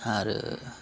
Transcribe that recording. आरो